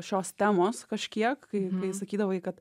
šios temos kažkiek kai kai sakydavai kad